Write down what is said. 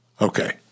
Okay